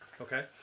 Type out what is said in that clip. Okay